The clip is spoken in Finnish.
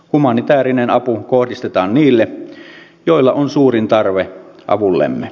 humanitäärinen apu kohdistetaan niille joilla on suurin tarve avullemme